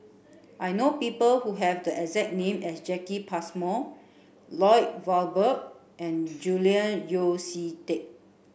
I know people who have the exact name as Jacki Passmore Lloyd Valberg and Julian Yeo See Teck